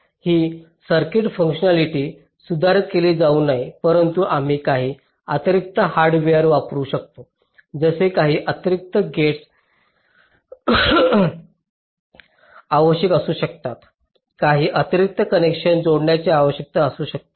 ही circuit functionality सुधारित केली जाऊ नये परंतु आम्ही काही अतिरिक्त हार्डवेअर वापरू शकतो जसे काही अतिरिक्त गेट्स आवश्यक असू शकतात काही अतिरिक्त कनेक्शन जोडण्याची आवश्यकता असू शकते